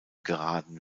geraden